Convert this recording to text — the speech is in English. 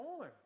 on